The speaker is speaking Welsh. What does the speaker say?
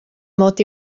mod